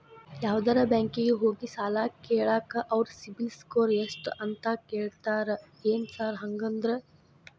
ಯಾವದರಾ ಬ್ಯಾಂಕಿಗೆ ಹೋಗ್ಲಿ ಸಾಲ ಕೇಳಾಕ ಅವ್ರ್ ಸಿಬಿಲ್ ಸ್ಕೋರ್ ಎಷ್ಟ ಅಂತಾ ಕೇಳ್ತಾರ ಏನ್ ಸಾರ್ ಹಂಗಂದ್ರ?